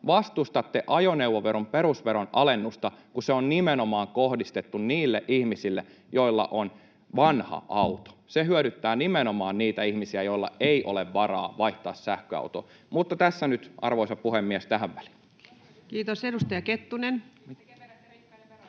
vastustatte ajoneuvoveron perusveron alennusta, kun se on nimenomaan kohdistettu niille ihmisille, joilla on vanha auto. Se hyödyttää nimenomaan niitä ihmisiä, joilla ei ole varaa vaihtaa sähköautoon. — Mutta tässä nyt, arvoisa puhemies, tähän väliin. [Speech 288] Speaker: